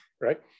right